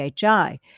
PHI